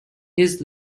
his